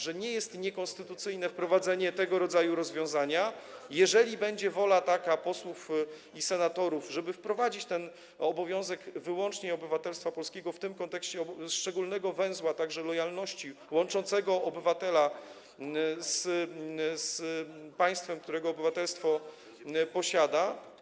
że nie jest niekonstytucyjne wprowadzenie tego rodzaju rozwiązania, jeżeli taka będzie wola posłów i senatorów, żeby wprowadzenie wymogu posiadania wyłącznie obywatelstwa polskiego w kontekście szczególnej więzi, także lojalności, łączącej obywatela z państwem, którego obywatelstwo posiada.